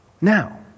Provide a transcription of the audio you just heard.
Now